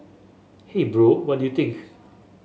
hey bro what do you think